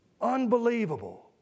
Unbelievable